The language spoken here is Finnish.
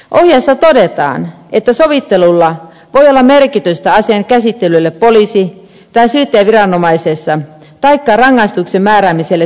ohjeessa todetaan että sovittelulla voi olla merkitystä asian käsittelylle poliisi tai syyttäjäviranomaisessa taikka rangaistuksen määräämiselle tuomioistuimissa